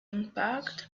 impact